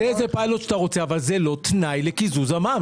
איזה פיילוט שאתה רוצה זה לא תנאי לקיזוז המע"מ.